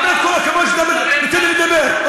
באמת כל הכבוד שאתה נותן לי לדבר.